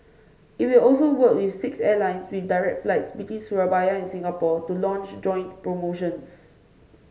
it will also work with six airlines with direct flights between Surabaya and Singapore to launch joint promotions